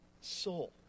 soul